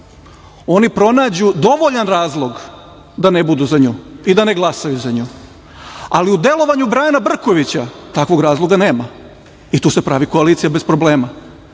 oni pronađu dovoljan razlog da ne budu za nju i da ne glasaju za nju, ali u delovanju Brajana Brkovića takvog razloga nema i tu se pravi koalicija bez problema.